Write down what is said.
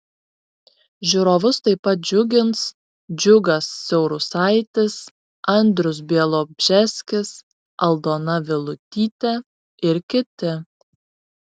žiūrovus taip pat džiugins džiugas siaurusaitis andrius bialobžeskis aldona vilutytė ir kiti